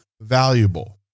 valuable